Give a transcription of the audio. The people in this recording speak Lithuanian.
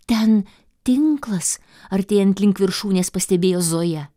ten tinklas artėjant link viršūnės pastebėjo zoja